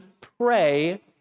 pray